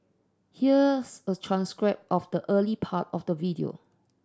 here's a transcript of the early part of the video